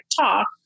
talk